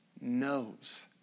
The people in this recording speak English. knows